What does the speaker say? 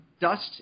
Dust